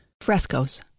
frescoes